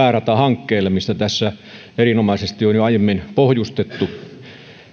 pääratahankkeelle mitä tässä erinomaisesti on jo aiemmin pohjustettu